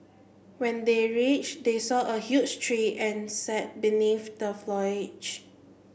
when they reached they saw a huge tree and sat beneath the foliage